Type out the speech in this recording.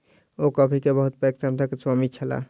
ओ coffee के बहुत पैघ संपदा के स्वामी छलाह